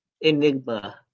enigma